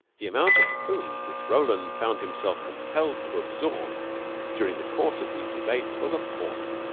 the amount of food which roland found himself compelled to absorb during the course of these debates was appalling.